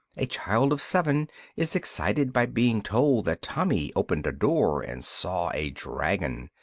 a child of seven is excited by being told that tommy opened a door and saw a dragon.